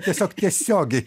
tiesiog tiesiogi